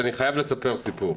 אני חייב לספר סיפור,